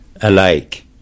alike